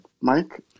Mike